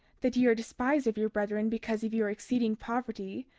that ye are despised of your brethren because of your exceeding poverty,